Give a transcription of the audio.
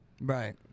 Right